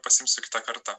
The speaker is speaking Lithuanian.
pasiimsiu kitą kartą